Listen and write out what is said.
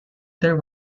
there